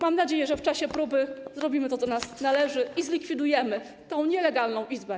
Mam nadzieję, że w czasie próby zrobimy to, co do nas należy, i zlikwidujemy tę nielegalną izbę.